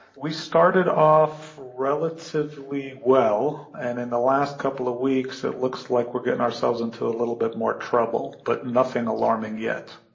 we started off relatively well, and in the last couple of weeks it looks like we are getting ourselves into a little bit more trouble, but nothing alarming yet.